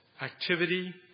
activity